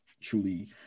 truly